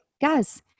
guys